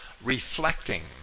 reflecting